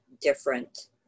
different